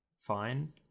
fine